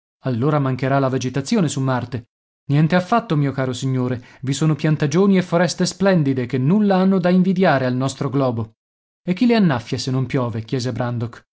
allora mancherà la vegetazione su marte niente affatto mio caro signore vi sono piantagioni e foreste splendide che nulla hanno da invidiare al nostro globo e chi le innaffia se non piove chiese brandok